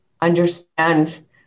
understand